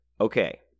okay—